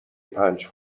پنج